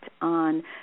on